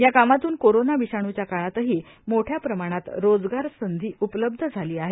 या कामातून कोरोना विषाणूच्या काळातहि मोठ्या प्रमाणात रोजगार संधी उपलब्ध झाली आहेत